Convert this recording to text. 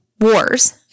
wars